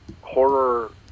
horror